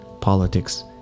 politics